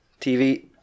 TV